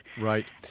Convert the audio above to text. Right